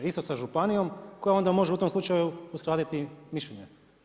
Isto sa županijom koja onda može u tom slučaju uskladiti mišljenje.